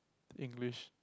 English